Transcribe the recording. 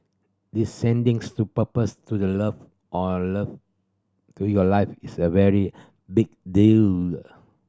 deciding to propose to the love on love to your life is a very big deal